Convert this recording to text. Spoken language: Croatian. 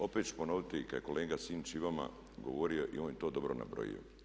Opet ću ponoviti kad je kolega Sinčić i vama govorio i on je to dobro nabrojio.